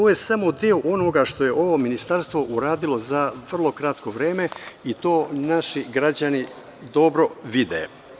To je samo deo onoga što je ovo ministarstvo uradilo za vrlo kratko vreme i to naši građani dobro vide.